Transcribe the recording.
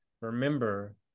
remember